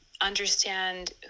understand